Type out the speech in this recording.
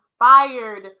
inspired